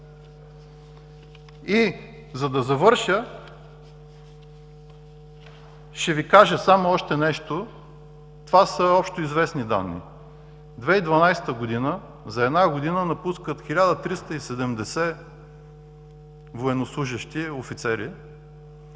За да завърша, ще Ви кажа само още нещо – това са общоизвестни данни: 2012 г. – за една година напускат 1370 военнослужещи, офицери;